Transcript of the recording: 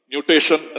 Mutation